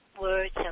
words